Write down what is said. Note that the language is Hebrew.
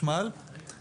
תציג את עצמך, בבקשה.